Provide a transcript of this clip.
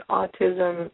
autism